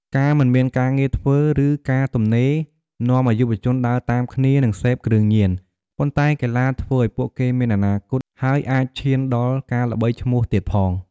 ការមិនមានការងារធ្វើ ឬការទំនេរនាំឲ្យយុវជនដើរតាមគ្នា និងសេពគ្រឿងញៀន ប៉ុន្តែកីឡាធ្វើឲ្យពួកគេមានអនាគត ហើយអាចឈានដល់ការល្បីឈ្មោះទៀតផង។